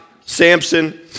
Samson